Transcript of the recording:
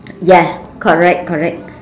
yes correct correct